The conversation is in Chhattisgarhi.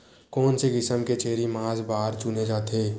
कोन से किसम के छेरी मांस बार चुने जाथे?